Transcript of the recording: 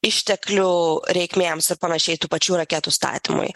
išteklių reikmėms ir panašiai tų pačių raketų statymui